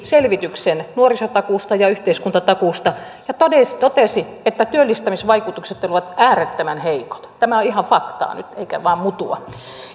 selvityksen nuorisotakuusta ja yhteiskuntatakuusta ja totesi että työllistämisvaikutukset olivat äärettömän heikot tämä on ihan faktaa nyt eikä vain mutua